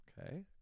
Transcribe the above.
Okay